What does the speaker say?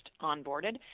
onboarded